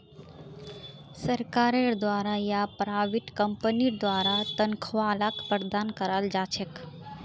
सरकारेर द्वारा या प्राइवेट कम्पनीर द्वारा तन्ख्वाहक प्रदान कराल जा छेक